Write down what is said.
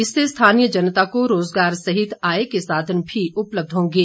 इससे स्थानीय जनता को रोजगार सहित आय के साधन भी उपलब्ध होंगे